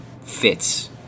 fits